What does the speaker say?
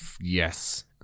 Yes